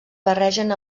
barregen